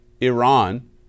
Iran